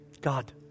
God